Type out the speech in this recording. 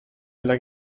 della